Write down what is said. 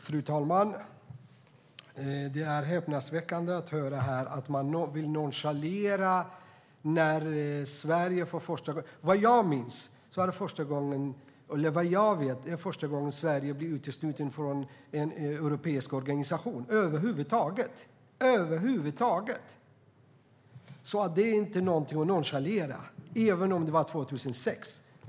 Fru talman! Det är häpnadsväckande att höra att man vill nonchalera detta. Vad jag vet är det första gången Sverige blir uteslutet ur en europeisk organisation över huvud taget. Det är inte någonting att nonchalera, även om det var 2006.